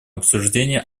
обсуждении